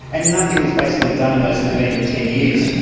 and nothing was basically done in those intervening ten years.